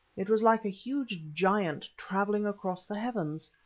it was like a huge giant travelling across the heavens.